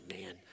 man